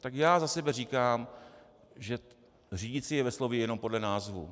Tak já za sebe říkám, že řídicí je ve slově jenom podle názvu.